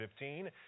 2015